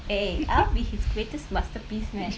eh I'll be his greatest masterpiece man